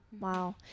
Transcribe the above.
wow